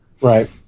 right